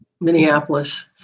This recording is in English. Minneapolis